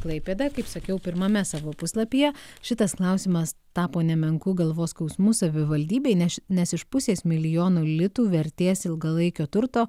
klaipėda kaip sakiau pirmame savo puslapyje šitas klausimas tapo nemenku galvos skausmu savivaldybei neš nes iš pusės milijono litų vertės ilgalaikio turto